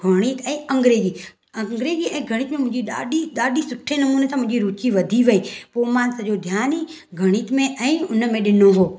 हाणे ऐं अंग्रेजी अंग्रेजी ऐं गणित में मुंहिंजी ॾाढी ॾाढी सुठे नमूने सां रूची वधी वई पोइ मां सॼो ध्यानु ई गणित में ऐं उनमें ॾिनो हो